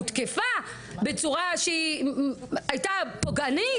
הותקפה בצורה שהייתה פוגענית,